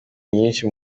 nyinshi